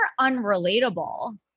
unrelatable